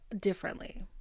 differently